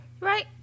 Right